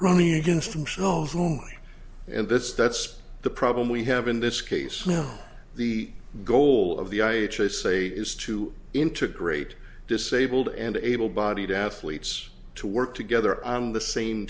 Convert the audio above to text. ronnie against themselves room and that's that's the problem we have in this case now the goal of the i say is to integrate disabled and able bodied athletes to work together on the same